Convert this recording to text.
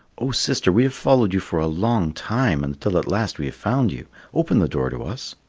oh, sister, we have followed you for a long time until at last we have found you open the door to us.